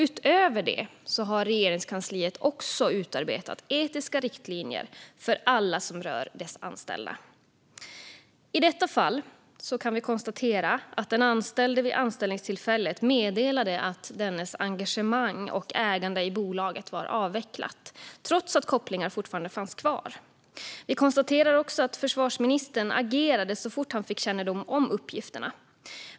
Utöver detta har Regeringskansliet utarbetat etiska riktlinjer som rör alla dess anställda. I detta fall kan vi konstatera att den anställda vid anställningstillfället meddelade att engagemang och ägande i bolaget var avvecklat, trots att kopplingar fortfarande fanns kvar. Vi konstaterar också att försvarsministern agerade så fort han fick kännedom om uppgifterna.